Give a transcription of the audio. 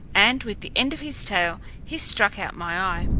and with the end of his tail he struck out my eye.